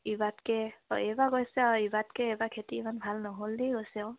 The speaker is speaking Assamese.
ইবাতকে অঁ এইবাৰ কৈছে আৰু ইবাতকে এইবাৰ খেতি ইমান ভাল নহ'ল দেই কৈছে আৰু